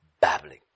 babbling